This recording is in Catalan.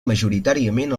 majoritàriament